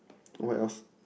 what else